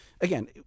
again